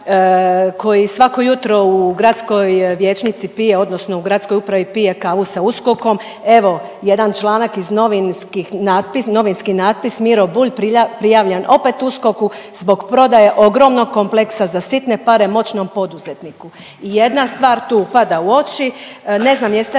koji svako jutro u gradskoj vijećnici pije odnosno u gradskoj upravi pije kavu sa USKOK-om, evo jedan članak iz novinskih natpi… novinski natpis Miro Bulj prijavljen opet USKOK-u zbog prodaje ogromnog kompleksa za sitne pare moćnom poduzetniku. I jedna stvar tu upada u oči, ne znam jeste